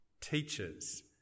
teachers